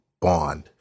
Bond